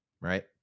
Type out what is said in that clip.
right